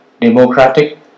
Democratic